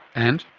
and?